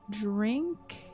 drink